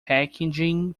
packaging